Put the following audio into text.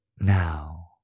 now